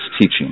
teaching